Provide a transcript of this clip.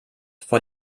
vor